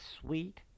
sweet